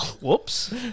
whoops